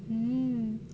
mm